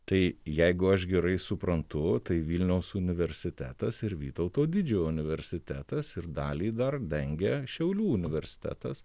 tai jeigu aš gerai suprantu tai vilniaus universitetas ir vytauto didžiojo universitetas ir dalį dar dengia šiaulių universitetas